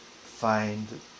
find